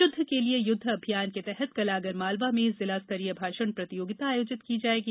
शुद्ध के लिए युद्ध अभियान के तहत कल आगरमालवा में जिला स्तरीय भाषण प्रतियोगिता आयोजित की जायेगी